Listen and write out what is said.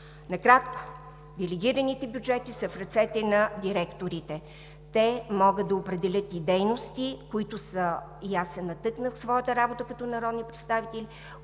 Накратко, делегираните бюджети са в ръцете на директорите. Те могат да определят и дейности – аз се натъкнах в своята работата като народен представител,